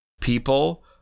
people